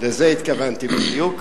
לזה התכוונתי בדיוק.